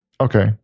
Okay